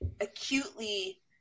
acutely